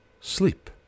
sleep